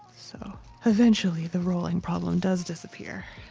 so eventually the rolling problem does disappear.